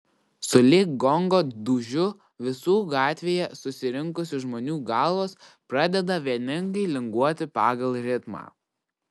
sulig gongo dūžiu visų gatvėje susirinkusių žmonių galvos pradeda vieningai linguoti pagal ritmą